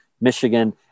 Michigan